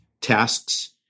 tasks